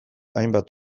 hainbat